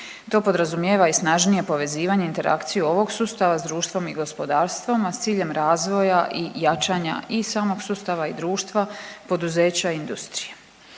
To podrazumijeva i snažnije povezivanje i interakciju ovog sustava s društvom i gospodarstvom, a s ciljem razvoja i jačanja i samog sustava i društva, poduzeća i industrije.